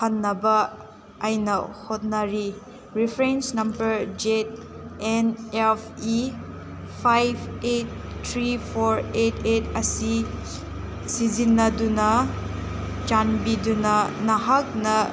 ꯍꯟꯅꯕ ꯑꯩꯅ ꯍꯣꯠꯅꯔꯤ reference number Z N F E five eight three four eight eight ꯑꯁꯤ ꯁꯤꯖꯤꯟꯅꯗꯨꯅ ꯆꯥꯟꯕꯤꯗꯨꯅ ꯅꯍꯥꯛꯅ